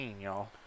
y'all